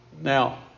Now